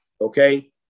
okay